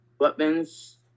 weapons